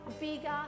bigger